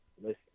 listen